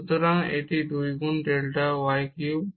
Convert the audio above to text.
সুতরাং এবং এটি 2 গুণ ডেল্টা y কিউব